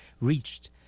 reached